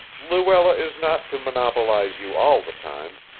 luella is not to monopolize you all the time.